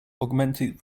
augmented